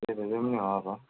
त्यही त जाऊँ न अब